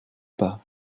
pas